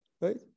right